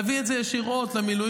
להביא את זה ישירות למילואימניקים,